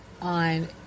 on